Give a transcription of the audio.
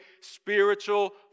spiritual